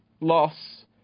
loss